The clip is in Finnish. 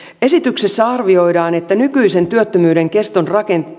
esityksessä arvioidaan että nykyisen työttömyyden keston